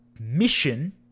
mission